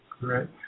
great